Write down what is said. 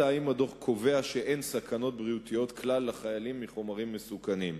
האם הדוח קובע שאין נשקפות לחיילים סכנות בריאותיות מחומרים מסוכנים כלל.